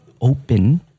open